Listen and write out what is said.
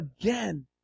again